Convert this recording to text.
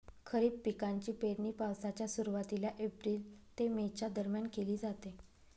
खरीप पिकांची पेरणी पावसाच्या सुरुवातीला एप्रिल ते मे च्या दरम्यान केली जाते